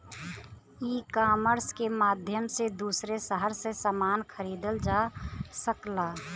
ecommerce के माध्यम से दूसरे शहर से समान खरीदल जा सकला